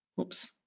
Oops